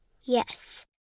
Yes